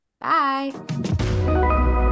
Bye